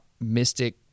mystic